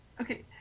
Okay